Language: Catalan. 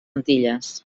antilles